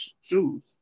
shoes